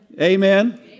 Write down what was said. Amen